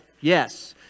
Yes